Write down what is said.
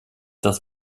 das